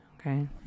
Okay